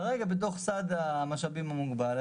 כרגע בתוך סד המשאבים המוגבל,